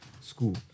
school